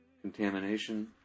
contamination